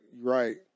right